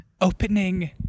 opening